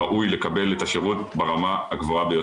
של העולים שמתקשרים אל המוקדים האלה או